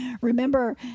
Remember